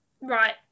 right